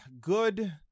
Good